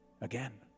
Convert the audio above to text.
again